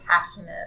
passionate